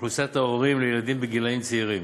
לאוכלוסיית ההורים לילדים בגילים צעירים.